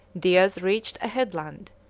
diaz reached a headland,